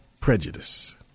prejudice